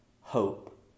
hope